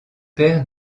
père